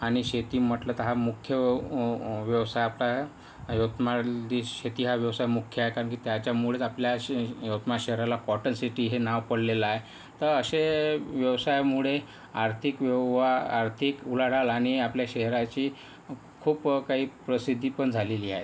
आणि शेती म्हटलं तर हा मुख्य व्य व्यवसाय आपला यवतमाळातली शेती हा व्यवसाय मुख्य आहे कारण की त्याच्यामुळेच आपल्या यवतमाळ शहराला कॉटन सिटी हे नाव पडलेलं आहे तर असे व्यवसायामुळे आर्थिक व्यवहार आर्थिक उलाढाल आणि आपल्या शहराची खूप काही प्रसिद्धी पण झालेली आहे